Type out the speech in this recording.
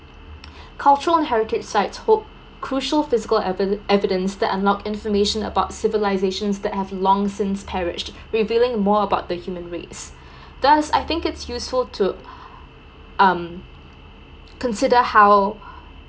cultural and heritage site hold crucial cultural evi~ evidence that unlock information about civilization that have long since parish revealing more about the human race thus I think it's useful to um consider how